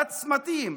בצמתים,